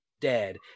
dead